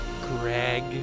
Greg